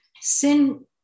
sin